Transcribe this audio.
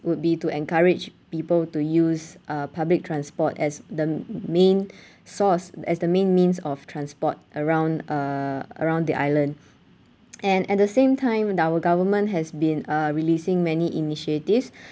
would be to encourage people to use uh public transport as the main source as the main means of transport around uh around the island and at the same time our government has been uh releasing many initiatives